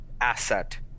asset